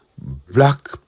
Black